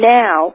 now